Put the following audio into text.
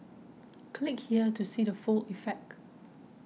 click here to see the full effect